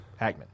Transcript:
Hagman